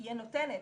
היא הנותנת.